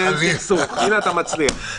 חבר הכנסת